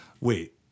Wait